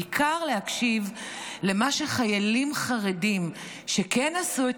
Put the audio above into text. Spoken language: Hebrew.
בעיקר להקשיב לחיילים חרדים שכן עשו את